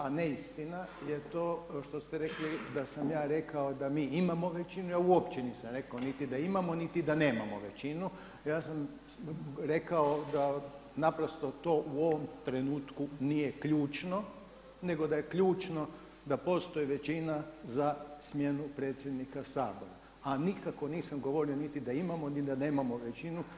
A neistina je to što ste rekli da sam ja rekao da mi imamo većinu, a uopće nisam rekao niti da imamo niti da nemamo većinu, ja sam rekao da naprosto to u ovom trenutku nije ključno nego da je ključno da postoji većina za smjenu predsjednika Sabora, a nikako nisam govorio niti da imamo niti da nemamo većinu.